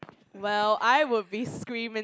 well I would be screaming